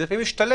זה לפעמים משתלם